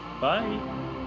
Bye